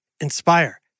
Inspire